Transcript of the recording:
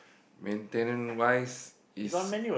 maintenance wise is